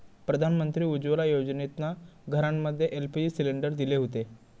प्रधानमंत्री उज्ज्वला योजनेतना घरांमध्ये एल.पी.जी सिलेंडर दिले हुते